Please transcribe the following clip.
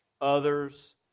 Others